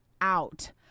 out